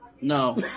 No